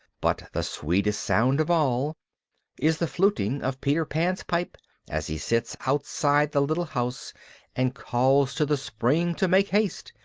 but the sweetest sound of all is the fluting of peter pan's pipe as he sits outside the little house and calls to the spring to make haste,